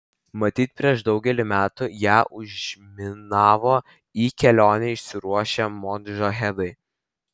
matyt prieš daugelį metų ją užminavo į kelionę išsiruošę modžahedai